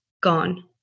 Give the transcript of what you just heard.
gone